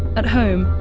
at home,